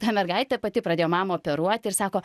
ta mergaitė pati pradėjo mamą operuoti ir sako